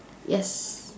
yes